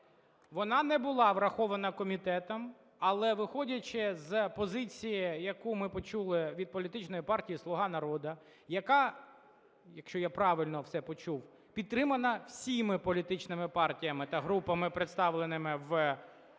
Вона не була врахована комітетом, але, виходячи з позиції, яку ми почули від політичної партії "Слуга народу", яка, якщо я правильно все почув, підтримана всіма політичними партіями та групами, представленими в залі